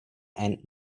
and